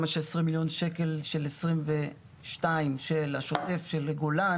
יש גם עשרים מיליון שקל של עשרים ושתיים של השוטף של גולן,